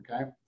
okay